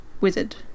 wizard